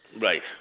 Right